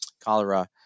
cholera